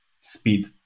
speed